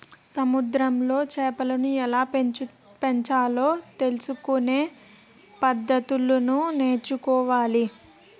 సముద్రములో చేపలను ఎలాపెంచాలో తెలుసుకొనే పద్దతులను నేర్చుకోవాలి